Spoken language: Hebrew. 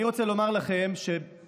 אני רוצה לומר לכם שבדיזינגוף,